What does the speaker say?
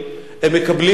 הם מקבלים כאן